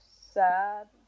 sad